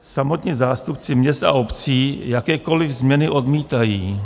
Samotní zástupci měst a obcí jakékoliv změny odmítají.